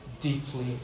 deeply